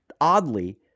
oddly